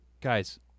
Guys